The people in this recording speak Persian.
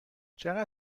چقدر